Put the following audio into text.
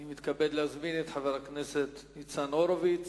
אני מתכבד להזמין את חבר הכנסת ניצן הורוביץ,